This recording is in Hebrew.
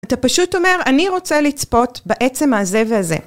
אתה פשוט אומר, אני רוצה לצפות בעצם הזה והזה